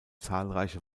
zahlreiche